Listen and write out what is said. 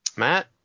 Matt